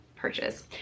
purchase